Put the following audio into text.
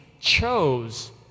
chose